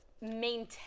maintain